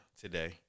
today